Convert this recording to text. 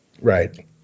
Right